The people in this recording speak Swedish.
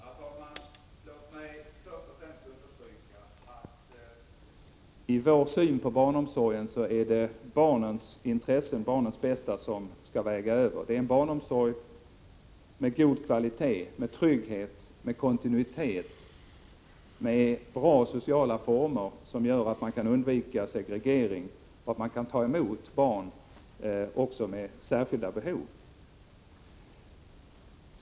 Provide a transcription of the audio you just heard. Herr talman! Låt mig först och främst understryka att i vår syn på barnomsorgen är det barnens intressen och barnens bästa som väger tyngst. Det är en barnomsorg med god kvalitet, trygghet och kontinuitet och med bra sociala former som gör att man kan undvika segregering och även kan ta emot barn med särskilda behov.